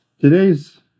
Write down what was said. Today's